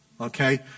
Okay